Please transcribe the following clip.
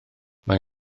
mae